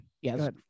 Yes